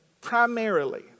primarily